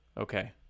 Okay